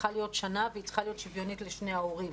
צריכה להיות שנה והיא צריכה להיות שוויונית לשני ההורים.